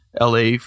LA